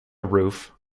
roof